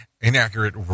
inaccurate